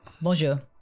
Bonjour